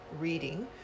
reading